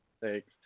Thanks